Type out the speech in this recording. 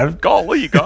Golly